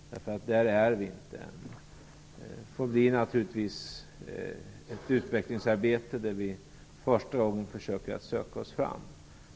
Så långt har vi ännu inte kommit. Det sker ett utvecklingsarbete där vi får söka oss fram, eftersom det är första gången.